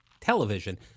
television